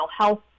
health